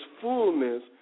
fullness